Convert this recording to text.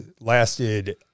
lasted